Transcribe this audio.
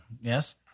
yes